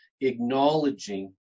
acknowledging